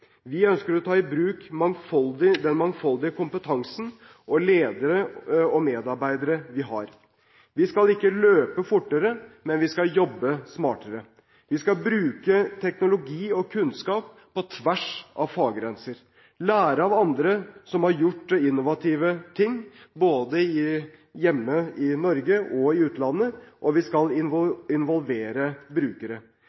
Vi ønsker å ta i bruk den mangfoldige kompetansen ledere og medarbeidere har. Vi skal ikke løpe fortere, men vi skal jobbe smartere. Vi skal bruke teknologi og kunnskap på tvers av faggrenser, lære av andre som har gjort innovative ting, både hjemme i Norge og i utlandet, og vi skal